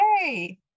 Hey